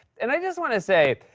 and i just want to say,